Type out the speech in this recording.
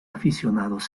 aficionados